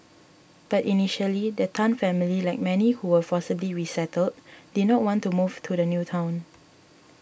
but initially the Tan family like many who were forcibly resettled did not want to move to the new town